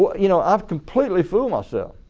you know i've completely fooled myself.